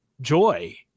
joy